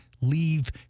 leave